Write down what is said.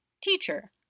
Teacher